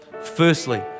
Firstly